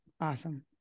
Awesome